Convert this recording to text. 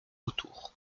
autour